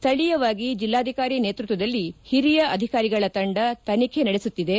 ಸ್ವಳೀಯವಾಗಿ ಜಿಲ್ಲಾಧಿಕಾರಿ ನೇತೃಕ್ವದಲ್ಲಿ ಹಿರಿಯ ಅಧಿಕಾರಿಗಳ ತಂಡ ತನಿಖೆ ನಡೆಸುತ್ತಿದೆ